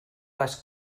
les